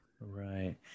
Right